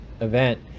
event